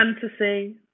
fantasy